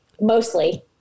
mostly